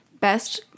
best